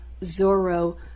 Zorro